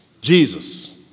Jesus